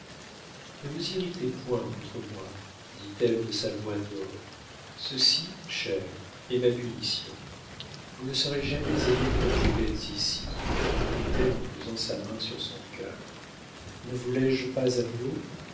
ne vous irritez point contre moi dit-elle de sa voix d'or ceci cher est ma punition vous ne serez jamais aimé comme vous l'êtes ici reprit-elle en posant sa main sur son cœur ne vous l'ai-je pas avoué